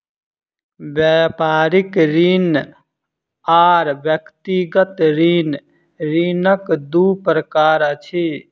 व्यापारिक ऋण आर व्यक्तिगत ऋण, ऋणक दू प्रकार अछि